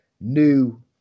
new